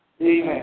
Amen